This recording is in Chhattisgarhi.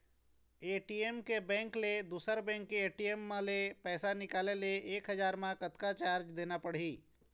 ए.टी.एम के बैंक ले दुसर बैंक के ए.टी.एम ले पैसा निकाले ले एक हजार मा कतक चार्ज देना पड़ही?